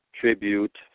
tribute